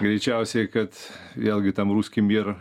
greičiausiai kad vėlgi tam ruski myr